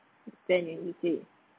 ban